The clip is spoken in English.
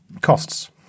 costs